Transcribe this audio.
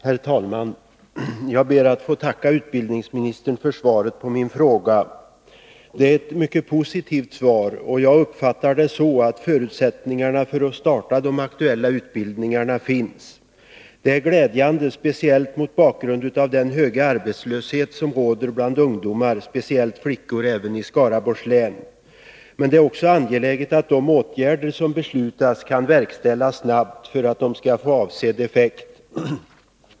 Herr talman! Jag ber att få tacka utbildningsministern för svaret på min fråga. Det var ett mycket positivt svar. Jag uppfattar det så, att förutsätt ningarna för att starta de aktuella utbildningarna finns. Det är glädjande, Nr 48 speciellt mot bakgrund av den höga arbetslöshet som råder bland ungdomar Måndagen de även i Skaraborgs län, speciellt bland flickor. Det är också angeläget att de 13 december 1982 åtgärder som beslutas kan verkställas snabbt, så att de får avsedd effekt.